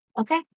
Okay